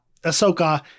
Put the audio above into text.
Ahsoka